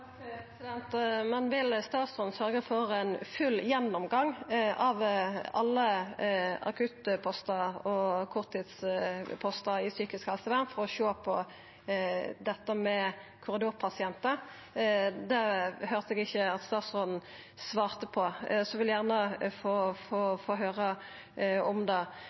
Vil statsråden sørgja for ein full gjennomgang av alle akuttpostar og korttidspostar i psykisk helsevern for å sjå på dette med korridorpasientar? Det høyrde eg ikkje at statsråden svarte på, så eg vil gjerne få høyra om det.